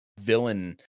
villain